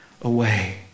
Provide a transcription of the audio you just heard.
away